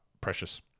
Precious